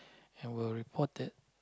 and will report it